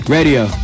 Radio